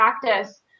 practice